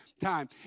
time